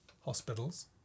Hospitals